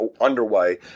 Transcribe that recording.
underway